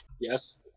Yes